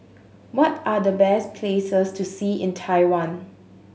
what are the best places to see in Taiwan